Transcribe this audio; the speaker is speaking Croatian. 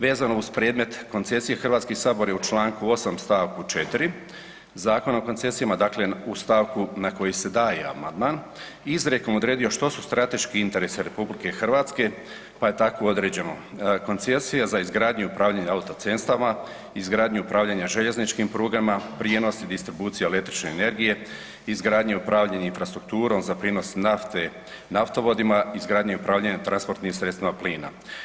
Vezano uz predmet koncesije, Hrvatski sabor je u čl. 8. stavku 4. Zakona o koncesijama dakle u stavku na koji se daje amandman izrijekom odredio što su strateški interesi RH pa je tako određeno koncesija za izgradnju i upravljanje autocestama, izgradnju i upravljanje željezničkim prugama, prijenos i distribucija električne energije, izgradnja i upravljanje infrastrukturom za prijenos nafte naftovodima, izgradnja i upravljanje transportnim sredstvima plina.